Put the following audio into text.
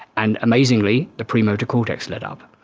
and amazingly the premotor cortex lit up.